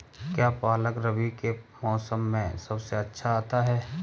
क्या पालक रबी के मौसम में सबसे अच्छा आता है?